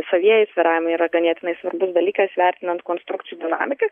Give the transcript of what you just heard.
savieji svyravimai yra ganėtinai svarbus dalykas vertinant konstrukcijų dinamiką